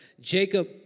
Jacob